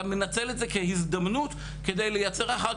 אתה מנצל את זה כהזדמנות כדי לייצר אחר